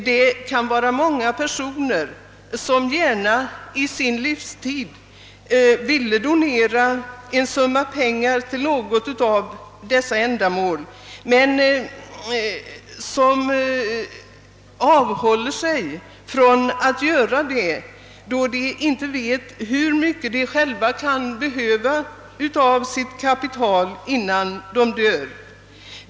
Det kan vara många personer som gärna i sin livstid ville donera en summa pengar till något av dessa ändamål men som avhåller sig från att göra det då de inte vet hur mycket de själva kan behöva av sitt kapital innan de dör.